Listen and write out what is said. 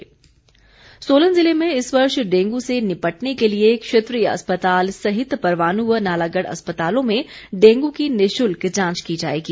dengue Solan जिले में इस वर्ष डेंग् से निपटने के लिए क्षेत्रीय अस्पताल सहित परवाणु व नालागढ़ अस्पतालों में डेंगू की निशुल्क जांच की जाएगी